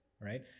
right